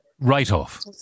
write-off